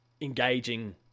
engaging